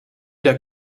der